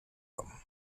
them